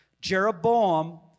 Jeroboam